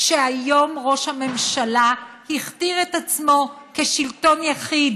והיום ראש הממשלה הכתיר את עצמו כשלטון יחיד